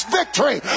victory